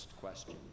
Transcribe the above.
question